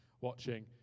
watching